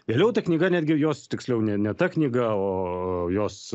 vėliau ta knyga netgi jos tiksliau ne ne ta knyga o jos